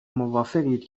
موافقید